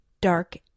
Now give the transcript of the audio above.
dark